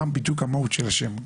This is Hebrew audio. מה בדיוק המהות של השם,